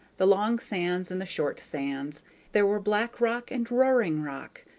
the long sands and the short sands there were black rock and roaring rock,